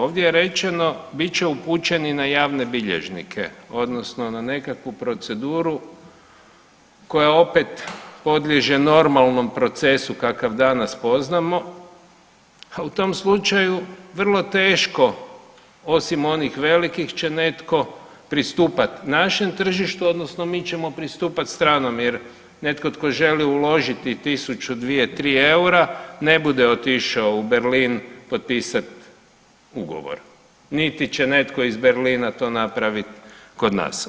Ovdje je rečeno bit će upućeni na javne bilježnike odnosno na nekakvu proceduru koja opet podliježe normalnom procesu kakav danas poznamo, a u tom slučaju vrlo teško, osim onih velikih će netko pristupat našem tržištu odnosno mi ćemo pristupat stranom jer netko tko želi uložiti tisuću, dvije, tri eura ne bude otišao u Berlin potpisat ugovor niti će netko iz Berlina napraviti kod nas.